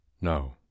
No